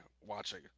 watching